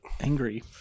Angry